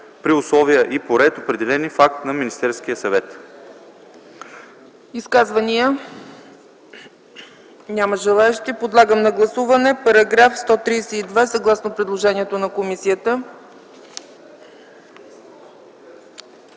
при условия и по ред, определени в акт на Министерския съвет.”